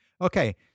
Okay